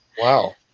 Wow